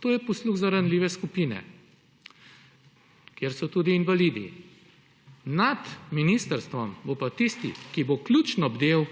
To je posluh za ranljive skupine, kjer so tudi invalidi. Nad ministrstvom bo pa tisti, ki bo ključno bdel,